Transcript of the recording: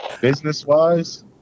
Business-wise